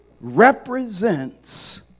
represents